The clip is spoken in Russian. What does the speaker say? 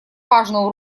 важную